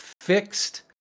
fixed